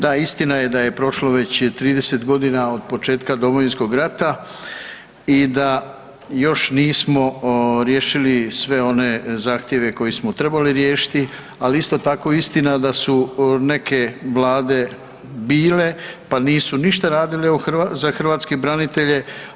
Da, istina je da je prošlo već 30 godina od početka Domovinskog rata i da još nismo riješili sve one zahtjeve koje smo trebali riješiti, ali isto tako istina da su neke Vlade bile pa nisu ništa radile za hrvatske branitelje.